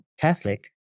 Catholic